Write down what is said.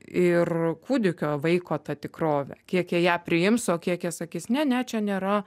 ir kūdikio vaiko ta tikrove kiek jie ją priims o kiek jie sakys ne ne čia nėra